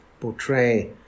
portray